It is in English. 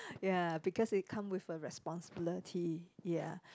ya because it come with a responsibility ya